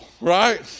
Right